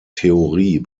theorie